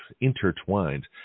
intertwined